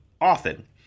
often